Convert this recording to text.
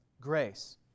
grace